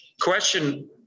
question